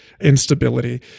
instability